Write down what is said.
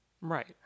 Right